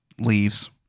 leaves